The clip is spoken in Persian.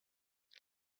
دورتر